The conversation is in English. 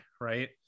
right